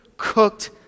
cooked